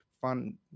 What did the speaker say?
fun